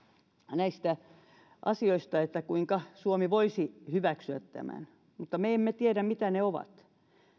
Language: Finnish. näistä asioista kuinka suomi voisi hyväksyä tämän mutta me emme tiedä mitä ne asiat ovat